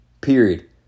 Period